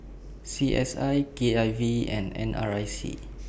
C S I K I V and N R I C